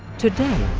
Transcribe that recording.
today,